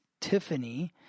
Tiffany